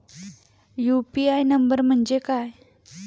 UPI number म्हणजे काय?